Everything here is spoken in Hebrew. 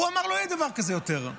הוא אמר, לא יהיה דבר כזה יותר.